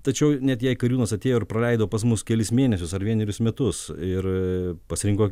tačiau net jei kariūnas atėjo ir praleido pas mus kelis mėnesius ar vienerius metus ir pasirinko